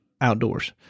outdoors